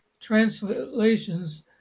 translations